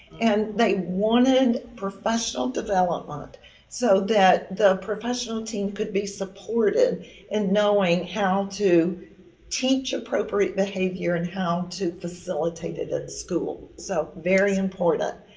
and they wanted professional development so that the professional team could be supported in and knowing how to teach appropriate behavior and how to facilitate it at school. so, very important.